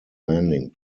landing